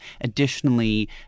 additionally